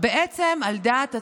על דעת עצמו,